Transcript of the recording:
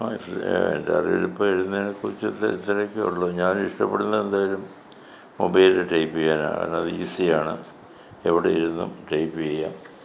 അല്ലെങ്കിൽ വേണ്ട ഇപ്പം എഴുതുന്നതിനെ കുറിച്ചിട്ട് ഇത്രയൊക്കേ ഉള്ളൂ ഞാൻ ഇഷ്ടപ്പെടുന്ന എന്തായാലും മൊബൈലിൽ ടൈപ്പ് ചെയ്യാനാണ് അത് ഈസിയാണ് എവിടെ ഇരുന്നും ടൈപ്പ് ചെയ്യാം